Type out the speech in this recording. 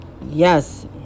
yes